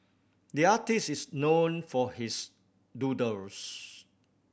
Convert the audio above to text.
the artist is known for his doodles